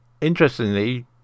Interestingly